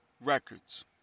records